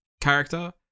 character